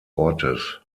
ortes